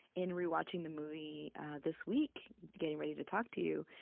in re-watching the movie this week, getting ready to talk to you,